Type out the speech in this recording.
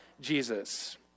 Jesus